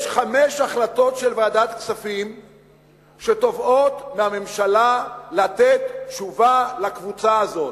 יש חמש החלטות של ועדת הכספים שתובעות מהממשלה לתת תשובה לקבוצה הזאת.